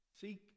Seek